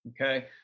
Okay